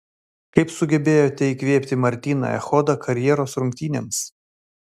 kaip sugebėjote įkvėpti martyną echodą karjeros rungtynėms